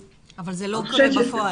אבל זה לא קורה בפועל.